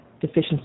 deficiency